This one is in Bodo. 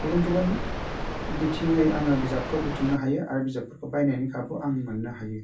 गुबुन गुबुन बिथिङै आङो बिजाबखौ बुथुमनो हायो आरो बिजाबफोरखौ बायनायनि खाबु आं मोन्नो हायो